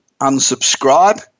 unsubscribe